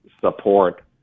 support